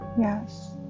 Yes